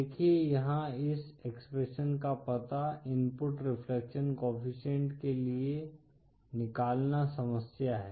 देखिए यहां इस एक्सप्रेशन का पता इनपुट रिफ्लेक्शन कोएफ़िशिएंट के लिए निकालना समस्या है